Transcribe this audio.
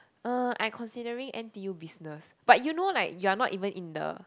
uh I considering n_t_u business but you know like you are not even in the